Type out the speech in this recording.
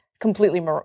completely